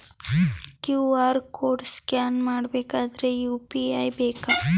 QR code scan ಮಾಡಬೇಕಾದರೆ UPI ಬೇಕಾ?